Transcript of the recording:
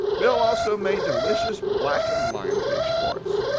bill also made delicious blackened lionfish for us.